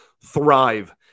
thrive